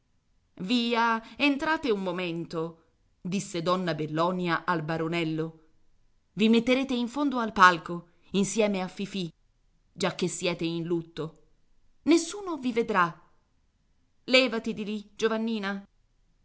via entrate un momento disse donna bellonia al baronello i metterete in fondo al palco insieme a fifì giacché siete in lutto nessuno vi vedrà levati di lì giovannina